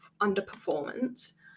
underperformance